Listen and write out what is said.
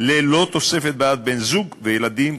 ללא תוספות בעד בן-זוג וילדים,